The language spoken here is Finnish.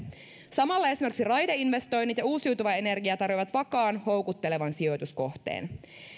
samalla esimerkiksi raideinvestoinnit ja uusiutuva energia tarjoavat vakaan ja houkuttelevan sijoituskohteen